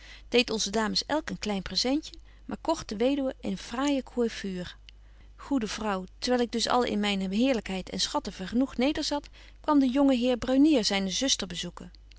deed onze dames elk een klein presentje maar kogt betje wolff en aagje deken historie van mejuffrouw sara burgerhart de weduwe eene fraaije coëffure goede vrouw terwyl ik dus in al myne heerlykheid en schatten vergenoegt nederzat kwam de jonge heer brunier zyne zuster bezoeken